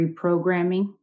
reprogramming